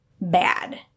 bad